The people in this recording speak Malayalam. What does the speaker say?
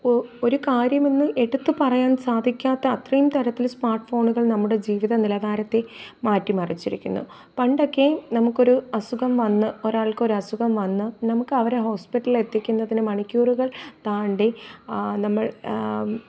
ഒ ഒരു കാര്യമെന്ന് എടുത്ത് പറയാൻ സാധിക്കാത്ത അത്രയും തരത്തില് സ്മാർട്ട് ഫോണുകൾ നമ്മുടെ ജീവിത നിലവാരത്തെ മാറ്റി മറിച്ചിരിക്കുന്നു പണ്ടൊക്കെ നമുക്കൊരു അസുഖം വന്ന് ഒരാൾക്കൊരസുഖം വന്ന് നമുക്കവരെ ഹോസ്പിറ്റലെത്തിക്കുന്നതിന് മണിക്കൂറുകൾ താണ്ടി നമ്മൾ